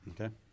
Okay